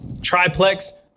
triplex